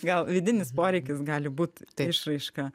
gal vidinis poreikis gali būt išraiška